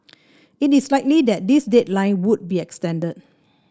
it is likely that this deadline would be extended